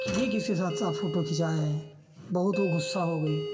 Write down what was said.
यह किसके साथ साथ फ़ोटो खिँचाई है बहुत वह गुस्सा हो गई